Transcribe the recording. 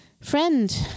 Friend